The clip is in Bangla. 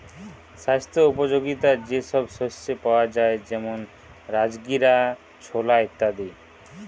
স্বাস্থ্য উপযোগিতা যে সব শস্যে পাওয়া যায় যেমন রাজগীরা, ছোলা ইত্যাদি